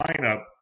lineup